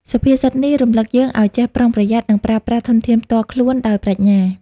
សុភាសិតនេះរំលឹកយើងឲ្យចេះប្រុងប្រយ័ត្ន និងប្រើប្រាស់ធនធានផ្ទាល់ខ្លួនដោយប្រាជ្ញា។